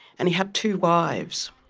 and he had two wives.